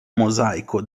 mosaico